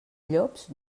llops